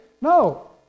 No